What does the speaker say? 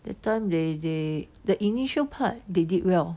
that time they they the initial part they did well